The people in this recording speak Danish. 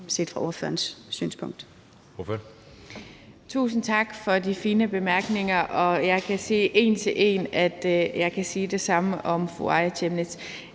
Anna Falkenberg (SP): Tusind tak for de fine bemærkninger. Og jeg kan sige en til en, at jeg kan sige det samme om fru Aaja Chemnitz.